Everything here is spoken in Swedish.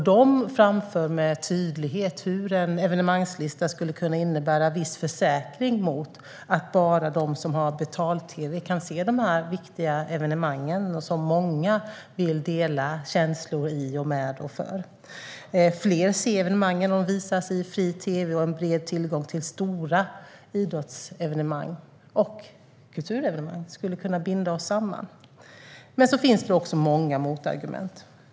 De framför med tydlighet hur en evenemangslista skulle kunna innebära viss försäkring mot att bara de som har betal-tv kan se de här viktiga evenemangen som många vill dela känslor för och kring. Fler ser evenemangen om de visas i fri tv, och en bred tillgång till stora idrotts och kulturevenemang skulle kunna binda oss samman. Det finns även många motargument.